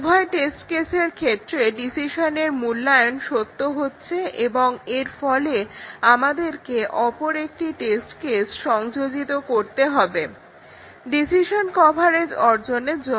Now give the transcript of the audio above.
উভয় টেস্ট কেসের ক্ষেত্রে ডিসিশনের মূল্যায়ন সত্য হচ্ছে এবং এর ফলে আমাদেরকে অপর একটি টেস্ট কেস সংযোজিত করতে হবে ডিসিশন কভারেজ অর্জনের জন্য